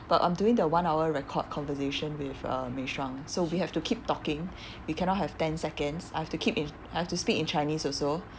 but I'm doing the one hour record conversation with uh mei shang so we have to keep talking we cannot have ten seconds I have to keep in~ I have to speak in chinese also